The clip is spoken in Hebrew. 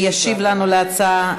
ישיב לנו על ההצעה,